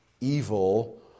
evil